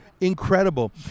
Incredible